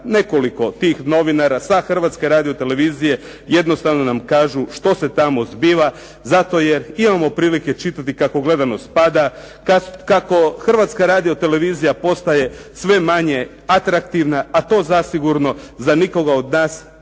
nekoliko tih novinara sa Hrvatske radiotelevizije jednostavno nam kažu što se tamo zbiva zato jer imamo prilike čitati kako gledanost pada, kako Hrvatska radiotelevizija postaje sve manje atraktivna, a to zasigurno za nikoga od nas,